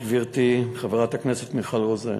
3. אדוני היושב-ראש, גברתי חברת הכנסת מיכל רוזין,